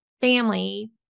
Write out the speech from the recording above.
family